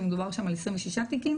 שמדובר שם על 26 תיקים.